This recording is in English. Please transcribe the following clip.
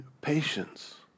Patience